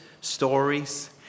stories